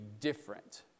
different